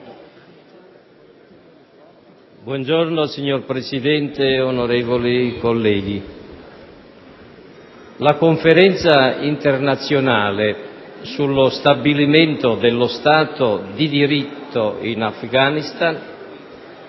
*(LNP)*. Signor Presidente, onorevoli colleghi, la Conferenza internazionale sullo stabilimento dello Stato di diritto in Afghanistan,